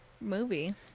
movie